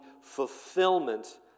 fulfillment